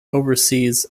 overseas